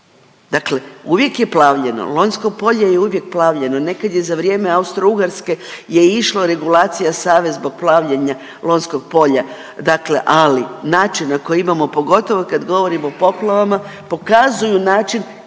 dakle uvijek je plavljeno Lonjsko polje je uvijek plavljeno, nekad je za vrijeme Austrougarske je išlo regulacija Save zbog plavljenja Lonjskog polja, dakle ali način na koji imamo pogotovo kad govorim o poplavama pokazuju način,